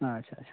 ᱟᱪᱪᱷᱟ ᱟᱪᱷᱟ